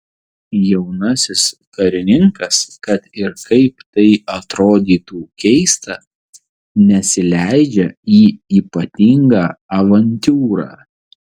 jaunasis karininkas kad ir kaip tai atrodytų keista nesileidžia į ypatingą avantiūrą